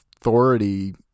authority